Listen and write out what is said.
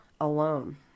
alone